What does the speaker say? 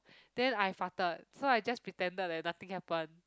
then I farted so I just pretended that nothing happened